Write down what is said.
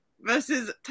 versus